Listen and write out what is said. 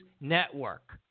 Network